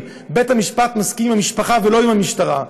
בית-המשפט מסכים עם במשפחה ולא עם המשטרה,